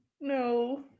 No